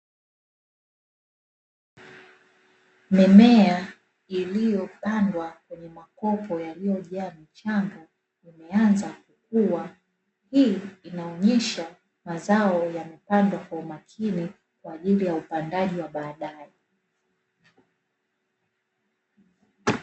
Mimea iliopandwa kwenye makopo yaliyojaa mchanga imeanza kukua hii inaonesha mazao yamepangwa kwa umakini kwaajili ya upandaji wa baadae.